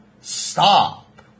Stop